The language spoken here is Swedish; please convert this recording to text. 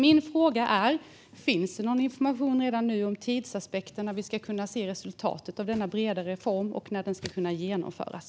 Min fråga är alltså om det finns någon information om tidsaspekten, det vill säga när vi ska kunna se resultatet av denna breda reform och när den ska kunna genomföras.